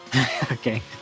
Okay